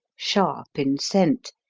sharp in scent,